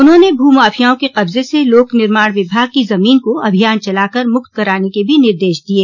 उन्होंने भू माफियाओं के कब्जे से लोक निर्माण विभाग की जमीन को अभियान चलाकर मुक्त कराने के भी निर्देश दिये